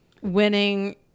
winning